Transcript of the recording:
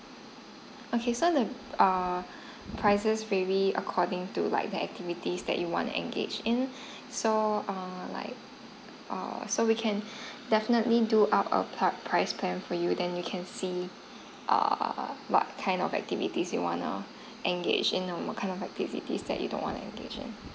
okay so the uh prices vary according to like the activities that you wanna engage in so err like err so we can definitely do out of type price plan for you then you can see err what kind of activities you wanna engage in and what kind of activities that you don't wanna engage in